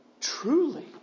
Truly